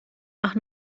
nach